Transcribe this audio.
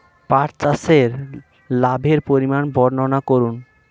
পাঠ চাষের লাভের পরিমান বর্ননা করুন?